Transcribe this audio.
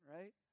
right